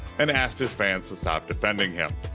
and asked his fans to stop defending him.